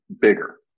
bigger